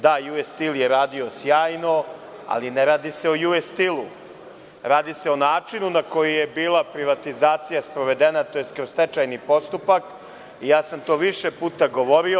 Da, „US Stil“je radio sjajno, ali ne radi se o „US Stil“, radi se o načinu na koji je bila privatizacija sprovedena, tj. kroz stečajni postupak i ja sam to više puta govorio.